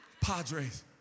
padres